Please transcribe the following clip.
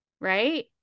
right